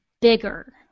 bigger